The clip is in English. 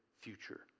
future